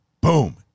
boom